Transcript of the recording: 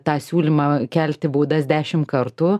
tą siūlymą kelti baudas dešim kartų